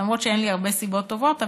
למרות שאין לי הרבה סיבות טובות,